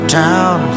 town